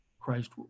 Christ